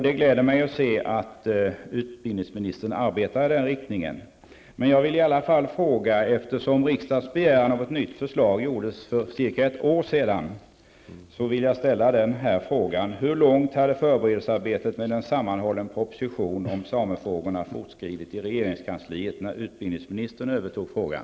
Det gläder mig att se att utbildningsministern arbetar i den riktningen, men eftersom riksdagens begäran om ett nytt förslag gjordes för cirka ett år sedan vill jag gärna ställa den här frågan: Hur långt hade förberedelsearbetet med en sammanhållen proposition om samefrågorna fortskridit i regeringskansliet när utbildningsministern övertog frågan?